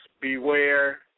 beware